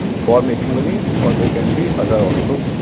for making money or they can be other also.